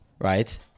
right